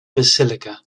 basilica